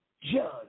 Judge